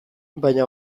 baina